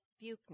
Buchner